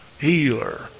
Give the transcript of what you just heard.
healer